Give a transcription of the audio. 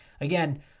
again